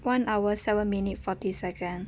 one hour seven minute forty seconds